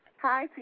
Hi